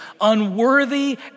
unworthy